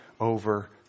over